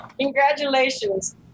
Congratulations